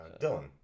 Dylan